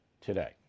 today